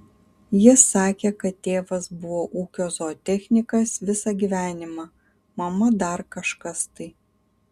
jis sakė kad tėvas buvo ūkio zootechnikas visą gyvenimą mama dar kažkas tai